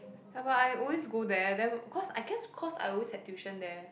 ya but I always go there then cause I guess cause I always had tuition there